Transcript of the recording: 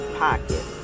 pocket